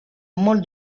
molt